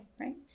Right